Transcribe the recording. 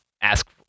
ask